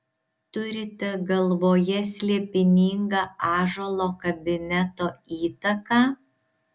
turite galvoje slėpiningą ąžuolo kabineto įtaką